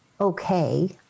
okay